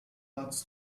arts